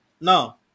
no